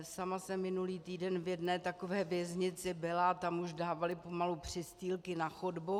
Sama jsem minulý týden v jedné takové věznici byla a tam už dávali pomalu přistýlky na chodbu.